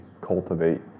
cultivate